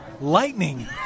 Lightning